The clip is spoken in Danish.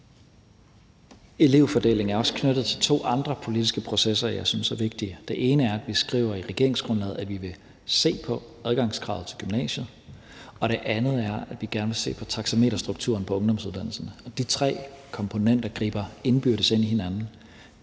Elevfordelingen er også knyttet til to andre politiske processer, jeg synes er vigtige. Den ene er, at vi skriver i regeringsgrundlaget, at vi vil se på adgangskravet til gymnasiet, og den anden er, at vi gerne vil se på taxameterstrukturen på ungdomsuddannelserne, og de tre komponenter griber indbyrdes ind i hinanden.